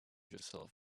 yourself